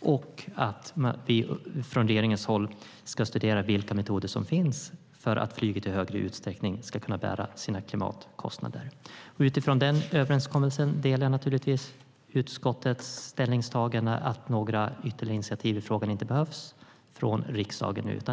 och att vi från regeringens håll ska studera vilka metoder som finns för att flyget i högre utsträckning ska kunna bära sina klimatkostnader. Utifrån den överenskommelsen delar jag utskottets ställningstagande att några ytterligare initiativ i frågan inte behövs från riksdagen.